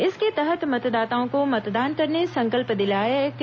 इसके तहत मतदाताओं को मतदान करने संकल्प दिलाया गया